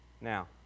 Now